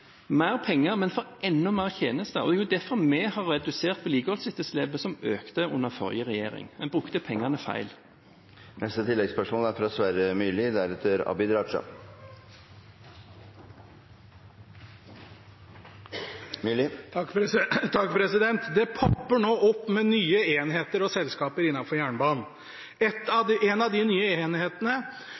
mer penger, men får enda mer tjenester. Det er derfor vi har redusert vedlikeholdsetterslepet, som økte under forrige regjering. En brukte pengene feil. Sverre Myrli – til oppfølgingsspørsmål. Det popper nå opp med nye enheter og selskaper innenfor jernbanen. En av de nye enhetene